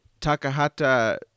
Takahata